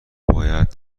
باید